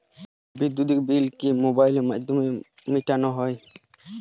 বিদ্যুৎ বিল কি মোবাইলের মাধ্যমে মেটানো য়ায়?